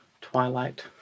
twilight